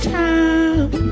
time